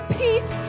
peace